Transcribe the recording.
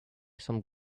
some